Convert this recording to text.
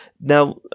now